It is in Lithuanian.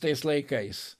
tais laikais